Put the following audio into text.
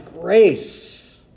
grace